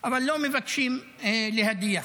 אבל לא מבקשים להדיח.